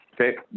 Okay